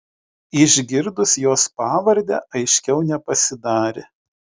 išgirdus jos pavardę aiškiau nepasidarė